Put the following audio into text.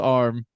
arm